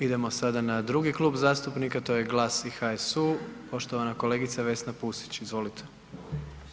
Idemo sada na drugi Klub zastupnika, to je GLAS i HSU, poštovana kolegica Vesna Pusić, izvolite.